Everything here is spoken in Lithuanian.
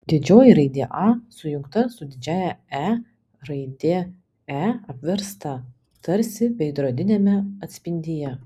didžioji raidė a sujungta su didžiąja e raidė e apversta tarsi veidrodiniame atspindyje